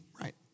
Right